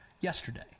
yesterday